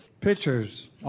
Pitchers